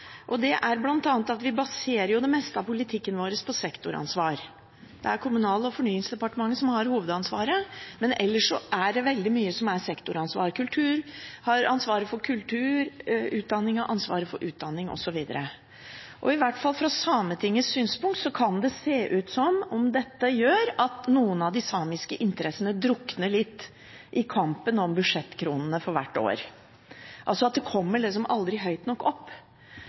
at vi baserer det meste av politikken vår på sektoransvar. Det er Kommunal- og moderniseringsdepartementet som har hovedansvaret, men ellers er det veldig mye som er sektoransvar. Kulturdepartementet har ansvaret for kultur, Utdanningsdepartementet har ansvaret for utdanning osv. I hvert fall fra Sametingets synsvinkel kan det se ut som at dette gjør at noen av de samiske interessene drukner litt for hvert år i kampen om budsjettkronene, altså at de aldri kommer høyt nok opp.